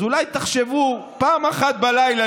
אז אולי תחשבו פעם אחת בלילה,